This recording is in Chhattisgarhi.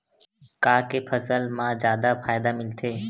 का के फसल मा जादा फ़ायदा मिलथे?